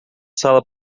sala